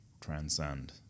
transcend